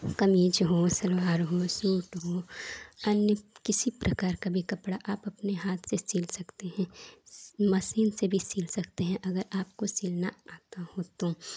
कमीज हो सलबार हो सूट हो अनेक किसी प्रकार का वे कपड़ा आप अपने हाथ से सिल सकते हैं मशीन से भी सिल सकते हैं अगर आपको सिलना आता हो तो